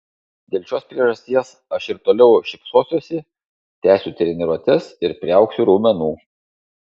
dėl šios priežasties aš ir toliau šypsosiuosi tęsiu treniruotes ir priaugsiu raumenų